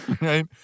right